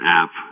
app